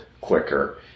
quicker